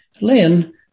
Lynn